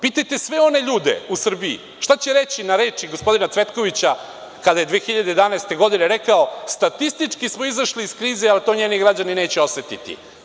Pitajte sve one ljude u Srbiji – šta će reći na reči gospodina Cvetkovića kada je 2011. godine rekao – statistički smo izašli iz krize, ali to njeni građani neće osetiti.